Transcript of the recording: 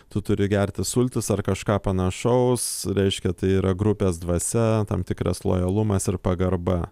tu turi gerti sultis ar kažką panašaus reiškia tai yra grupės dvasia tam tikras lojalumas ir pagarba